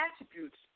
attributes